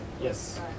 Yes